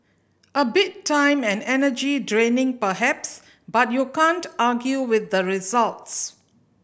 a bit time and energy draining perhaps but you can't argue with the results